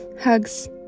hugs